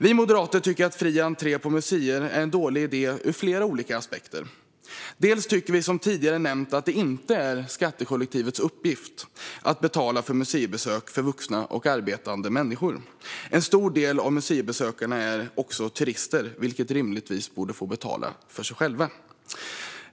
Vi moderater tycker att fri entré på museer är en dålig idé ur flera olika aspekter. Vi tycker som tidigare nämnts att det inte är skattekollektivets uppgift att betala för museibesök för vuxna och arbetande människor. En stor del museibesökarna är också turister, vilka rimligtvis borde få betala för sig.